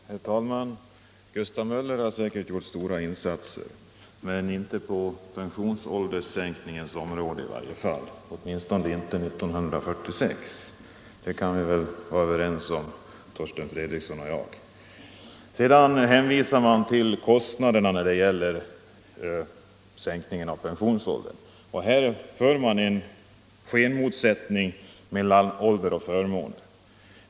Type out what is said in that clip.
Herr talman! Gustav Möller har säkert gjort stora insatser men inte på pensionsålderssänkningens område — åtminstone inte 1946, det kan väl herr Fredriksson och jag vara överens om. Herr Fredriksson hänvisar till kostnaderna för en sänkning av pen 61 sionsåldern. Här skapas en skenmotsättning mellan pensionsålder och förmån.